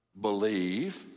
Believe